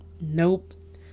Nope